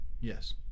Yes